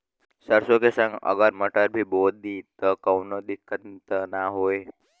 सरसो के संगे अगर मटर भी बो दी त कवनो दिक्कत त ना होय?